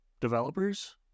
developers